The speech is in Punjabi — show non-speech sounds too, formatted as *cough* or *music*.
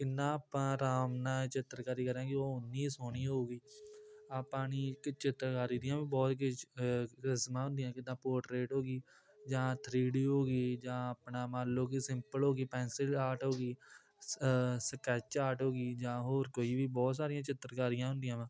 ਕਿੰਨਾ ਆਪਾਂ ਆਰਾਮ ਨਾਲ ਚਿੱਤਰਕਾਰੀ ਕਰਾਂਗੇ ਉਹ ਉੱਨੀ ਸੋਹਣੀ ਹੋਊਗੀ ਆਪਾਂ ਨਹੀਂ ਇੱਕ ਚਿੱਤਰਕਾਰੀ ਦੀਆਂ ਵੀ ਬਹੁਤ *unintelligible* ਕਿਸਮਾਂ ਹੁੰਦੀਆਂ ਕਿੱਦਾਂ ਪੋਟਰੇਟ ਹੋ ਗਈ ਜਾਂ ਥਰੀ ਡੀ ਹੋ ਗਈ ਜਾਂ ਆਪਣਾ ਮੰਨ ਲਉ ਕਿ ਸਿੰਪਲ ਹੋ ਗਈ ਪੈਂਨਸਿਲ ਆਰਟ ਹੋ ਗਈ ਸਕੈੱਚ ਆਰਟ ਹੋ ਗਈ ਜਾਂ ਹੋਰ ਕੋਈ ਵੀ ਬਹੁਤ ਸਾਰੀਆਂ ਚਿੱਤਰਕਾਰੀਆਂ ਹੁੰਦੀਆਂ ਵਾ